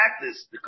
practice